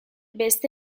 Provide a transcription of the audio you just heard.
beste